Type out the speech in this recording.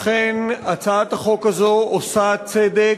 תודה לך, אכן, הצעת החוק הזאת עושה צדק,